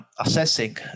assessing